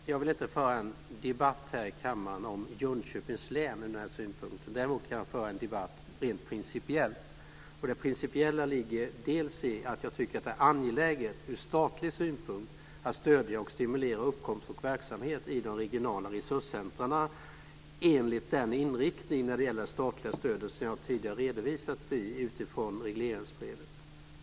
Herr talman! Jag vill inte föra en debatt här i kammaren om Jönköpings län ur denna synvinkel. Däremot kan jag föra en debatt rent principiellt. Jag tycker att det ur statlig synpunkt är angeläget att stödja och stimulera uppkomst och verksamhet när det gäller de regionala resurscentrumen. Jag har tidigare redovisat det statliga stödets inriktning utifrån regleringsbrevet.